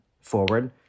forward